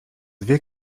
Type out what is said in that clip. dwie